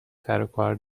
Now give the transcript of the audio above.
سروکار